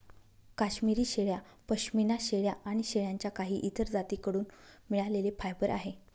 काश्मिरी शेळ्या, पश्मीना शेळ्या आणि शेळ्यांच्या काही इतर जाती कडून मिळालेले फायबर आहे